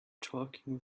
talking